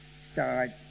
start